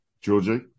Georgie